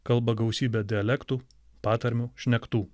kalba gausybe dialektų patarmių šnektų